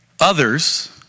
Others